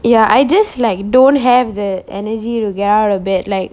ya I just like don't have the energy to get out of bed like